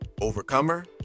Overcomer